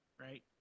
Right